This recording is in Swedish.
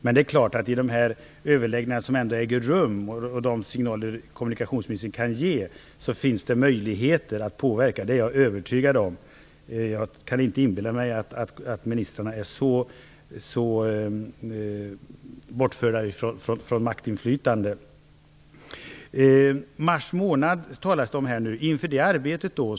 Jag är övertygad om att det finns möjligheter att påverka genom de signaler som kommunikationsministern kan ge i de överläggningar som ändå äger rum. Jag kan inte tro att ministrarna har så litet maktinflytande. Det talas nu om mars månad.